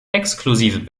exklusiven